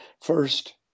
first